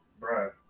bruh